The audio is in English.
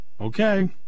Okay